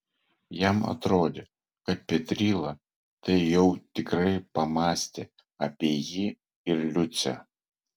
jam atrodė kad petryla tai jau tikrai pamąstė apie jį ir liucę